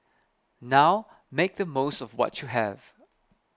now make the most of what you have